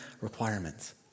requirements